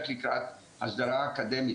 אני לא יודע לטפל במקצוע שאיננו אקדמי.